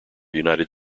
united